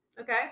Okay